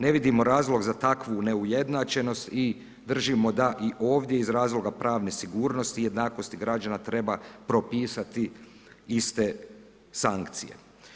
Ne vidimo razlog za takvu neujednačenost i držimo da i ovdje iz razloga pravne sigurnosti i jednakosti građana treba propisati iste sankcije.